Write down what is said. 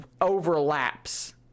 overlaps